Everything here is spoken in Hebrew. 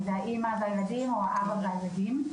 אם זה האימא והילדים או האבא והילדים.